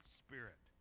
spirit